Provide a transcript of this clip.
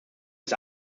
des